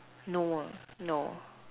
no no